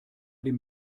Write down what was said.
dem